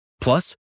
Plus